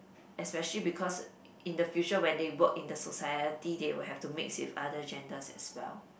especially because in the future when they brought in the society they will have to mix with other genders as well